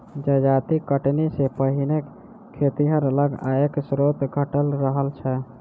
जजाति कटनी सॅ पहिने खेतिहर लग आयक स्रोत घटल रहल छै